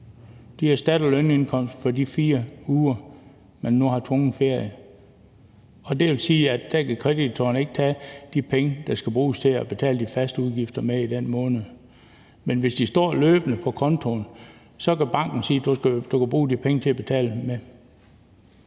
De erstatter lønindkomsten for de 4 uger, man nu har tvungen ferie. Det vil sige, at kreditorerne ikke kan tage de penge, der skal bruges til at betale de faste udgifter med i den måned. Men hvis de står på kontoen, kan banken sige, at man kan bruge de penge til at betale